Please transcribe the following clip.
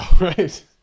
Right